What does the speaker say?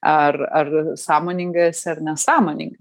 ar ar sąmoninga esi ar nesąmoninga